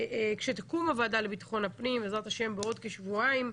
כשתקום הוועדה לביטחון הפנים בעזרת השם בעוד כשבועיים,